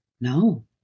No